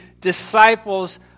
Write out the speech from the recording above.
disciples